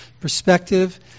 perspective